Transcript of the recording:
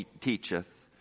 teacheth